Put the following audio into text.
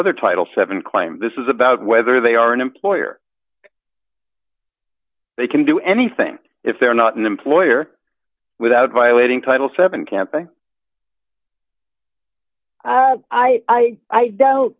other title seven claim this is about whether they are an employer they can do anything if they're not an employer without violating title seven camping i i don't